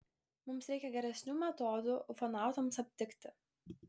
mums reikia geresnių metodų ufonautams aptikti